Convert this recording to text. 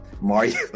Mario